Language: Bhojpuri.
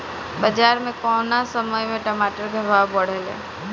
बाजार मे कौना समय मे टमाटर के भाव बढ़ेले?